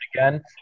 again